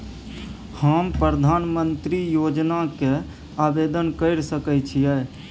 हम प्रधानमंत्री योजना के आवेदन कर सके छीये?